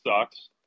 sucks